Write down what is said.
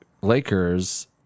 Lakers